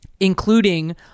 including